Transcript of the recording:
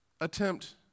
attempt